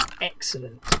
Excellent